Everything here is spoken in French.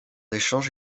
échange